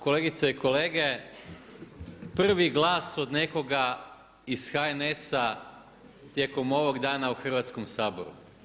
Kolegice i kolege, prvi glas od nekoga iz HNS-a tijekom ovog dana u Hrvatskom saboru.